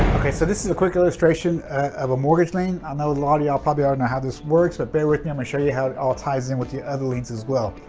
okay so this is a quick illustration of a mortgage lien i know a lot of y'all probably know ah and how this works but bear with me i'ma show you how it all ties in with the other liens as well.